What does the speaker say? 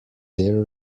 their